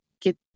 get